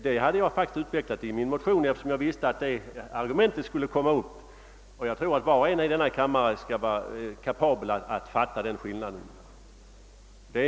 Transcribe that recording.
Detta hade jag faktiskt utvecklat i min motion, eftersom jag visste vilket argument som skulle föras fram. Jag tror att var och en i denna kammare är kapabel att fatta skillnaden härvidlag.